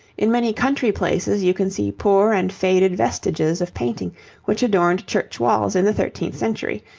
in many country places you can see poor and faded vestiges of painting which adorned church walls in the thirteenth century,